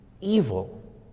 evil